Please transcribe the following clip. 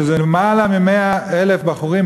שזה למעלה מ-100,000 בחורים,